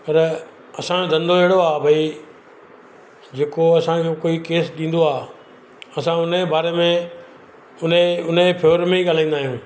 पर असांजो धंदो अहिड़ो आहे भाई जेको असांखे कोई केस ॾींदो आहे असां उनजे बारे में उनजे उनजे फेवर में ई ॻालाईंदा आहियूं